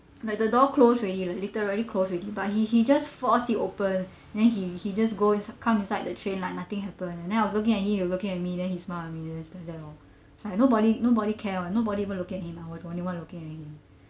like the door closed already like literally closed already but he he just forced it open then he he just go insid~ come inside the train like nothing happened and then I was looking at him he looking at me then he smiled at me just like that oh it's like nobody nobody cares and] nobody even looked at him I was the only one looking at him